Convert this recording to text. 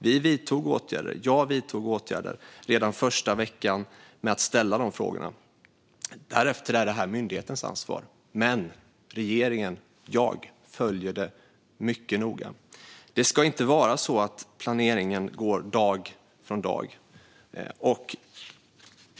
Vi vidtog åtgärder - jag vidtog åtgärder - redan den första veckan genom att ställa dessa frågor. Därefter var detta myndighetens ansvar. Men regeringen - jag - följer detta mycket noga. Det ska inte vara så att planeringen sker från dag till dag.